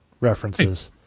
references